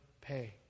pay